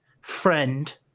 friend